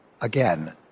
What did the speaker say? Again